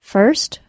First